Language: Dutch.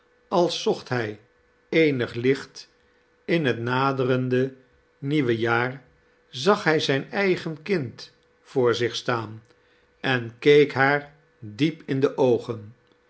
als zocht hij eenig licht in het naderende nieuwe jaar zag hij zijn eigen kind voor zich staan en keek haar diep in de oogen